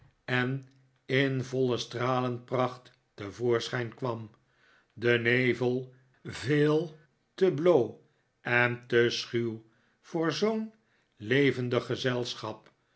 en in voile stralenpracht te voorschijn kwam de nevel veel te bloo en te schuw voor zoo'n levendig gezelschap